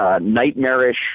Nightmarish